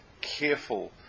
careful